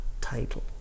title